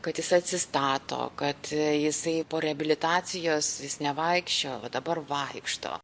kad jis atsistato kad jisai po reabilitacijos jis nevaikščiojo o dabar vaikšto